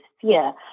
fear